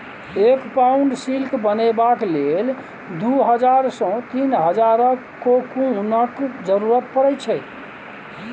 एक pound silk बनेबाक लेल दु हजार सँ तीन हजारक कोकुनक जरुरत परै छै